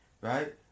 right